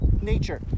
nature